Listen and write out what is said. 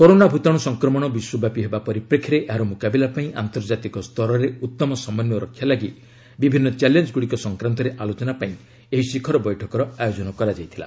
corona ଭୂତାଣ୍ର ସଂକ୍ରମଣ ବିଶ୍ୱବ୍ୟାପି ହେବା ପରିପ୍ରେକ୍ଷୀରେ ଏହାର ମ୍ରକାବିଲା ପାଇଁ ଆନ୍ତର୍ଜାତିକ ସ୍ତରରେ ଉତ୍ତମ ସମନ୍ୱୟ ରକ୍ଷା ଲାଗି ବିଭିନ୍ନ ଚ୍ୟାଲେଞ୍ଜଗୁଡ଼ିକ ସଂକ୍ରାନ୍ତରେ ଆଲୋଚନା ପାଇଁ ଏହି ଶିଖର ବୈଠକର ଆୟୋଜନ କରାଯାଇଥିଲା